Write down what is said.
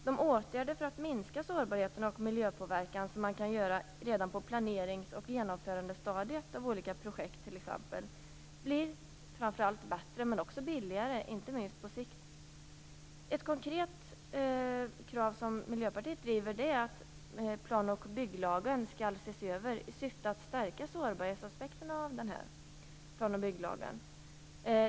De åtgärder för att minska sårbarheten och miljöpåverkan som man kan vidta redan på planerings och genomförandestadiet av t.ex. olika projekt blir framför allt bättre men också billigare, inte minst på sikt. Ett konkret krav som Miljöpartiet driver är att plan och bygglagen skall ses över i syfte att stärka sårbarhetsaspekterna i den.